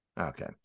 Okay